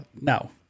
no